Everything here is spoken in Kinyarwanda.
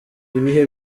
ibihe